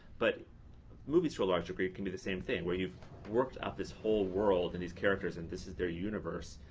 but movies to a large degree can be the same thing where you've worked out this whole world and these characters and this is their universe,